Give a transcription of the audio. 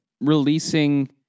releasing